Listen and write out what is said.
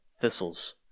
thistles